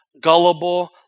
gullible